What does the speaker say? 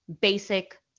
basic